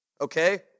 okay